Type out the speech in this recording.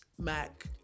mac